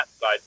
side